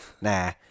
Nah